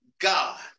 God